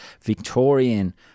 victorian